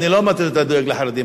אני לא אמרתי לו: אתה דואג לחרדים.